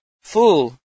Fool